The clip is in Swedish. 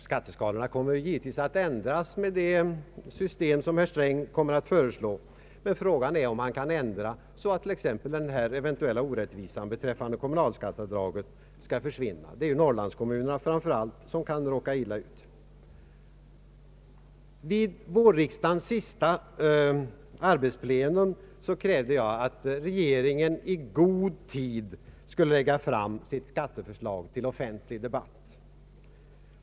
Skatteskalorna kommer givetvis att ändras med det system herr Sträng tänker föreslå, men frågan är om han kan ändra så att t.ex. den här eventuella orättvisan med kommunalskatteavdraget försvinner. Där kan framför allt Norrlandskommunerna råka illa ut. Vid vårriksdagens sista arbetsplenum 1969 krävde jag, att regeringen i god tid skulle lägga fram sitt skatteförslag till offentlig debatt.